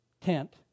tent